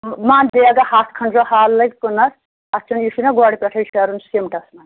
مان بیگہٕ ہَتھ کھنٛڈ حال لَگہِ کٕنَس اَتھ چھُنہ یہِ چھُنہ گۄڈٕ پٮ۪ٹھَے شیرُن سِیٖمٹَس منٛز